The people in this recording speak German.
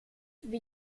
wie